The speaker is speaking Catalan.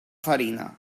farina